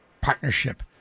partnership